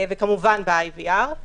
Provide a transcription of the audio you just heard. וכמובן ב-IVR.